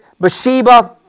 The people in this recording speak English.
Bathsheba